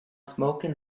smoking